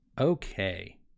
Okay